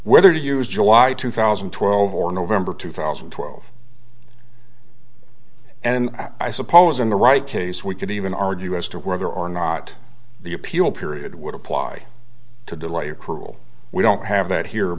whether to use july two thousand and twelve or november two thousand and twelve and i suppose in the right case we could even argue as to whether or not the appeal period would apply to delay or cruel we don't have that here